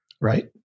right